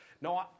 No